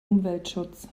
umweltschutz